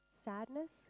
sadness